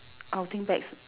outing bags